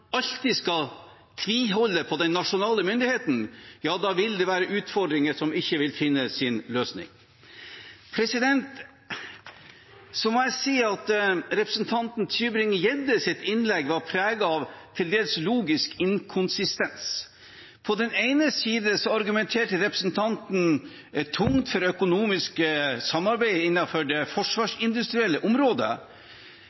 alltid skal tviholde på den nasjonale myndigheten, ja da vil det være utfordringer som ikke vil finne sin løsning. Så må jeg si at representanten Tybring-Gjeddes innlegg var preget av til dels logisk inkonsistens. På den ene siden argumenterte representanten tungt for økonomisk samarbeid innenfor det